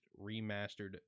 Remastered